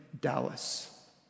Dallas